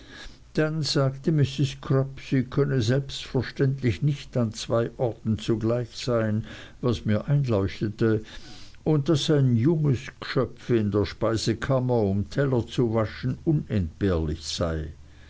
dann sagte mrs crupp sie könne selbstverständlich nicht an zwei orten zugleich sein was mir einleuchtete und daß ein junges gschöpf in der speisekammer um teller zu waschen unentbehrlich sei